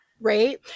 Right